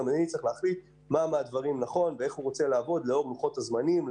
להחליט מה נכון ואיך הוא רוצה לעבוד לאור לוחות הזמנים,